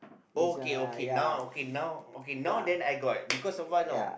okay okay now okay now okay now then I got because so far no